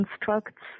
constructs